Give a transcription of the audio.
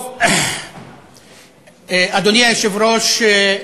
טוב, אדוני היושב-ראש,